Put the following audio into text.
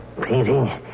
painting